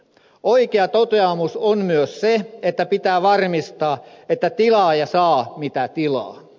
oikea toteamus on myös se että pitää varmistaa että tilaaja saa mitä tilaa